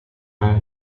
her